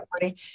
Party